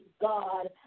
God